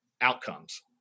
outcomes